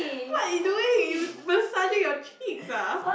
what you doing you massaging your cheeks ah